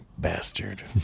Bastard